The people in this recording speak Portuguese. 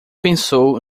pensou